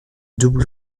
double